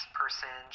person